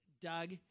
Doug